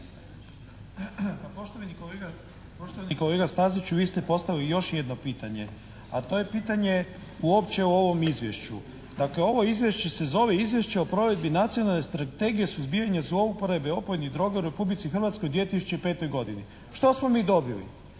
poštovani kolega Staziću, vi ste postavili još jedno pitanje, a to je pitanje uopće o ovom Izvješću. Dakle, ovo Izvješće se zove Izvješće o provedbi Nacionalne strategije suzbijanja zlouporabe opojnih droga u Republici Hrvatskoj u 2005. godini. Što smo mi dobili?